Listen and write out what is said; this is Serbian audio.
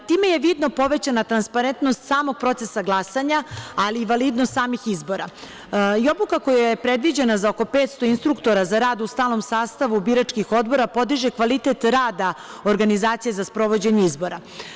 Time je vidno povećana transparentnost samog procesa glasanje, ali i validnost samih izbora i obuka koja je predviđena za oko 500 instruktora za rad u stalnom sastavu biračkih odbora podiže kvalitet rada organizacija za sprovođenje izbora.